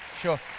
Sure